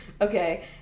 Okay